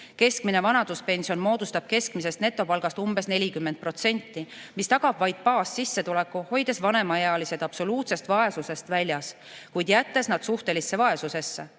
Keskmine vanaduspension moodustab keskmisest netopalgast umbes 40%. See tagab vaid baassissetuleku, hoides vanemaealised absoluutsest vaesusest väljas, kuid jättes nad suhtelisse vaesusesse.